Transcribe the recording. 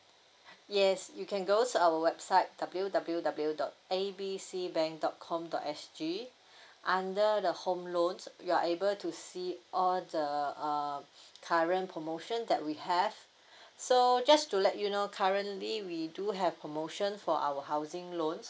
yes you can go to our website W W W dot A B C bank dot com dot S G under the home loan you are able to see all the uh current promotion that we have so just to let you know currently we do have promotion for our housing loans